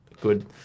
good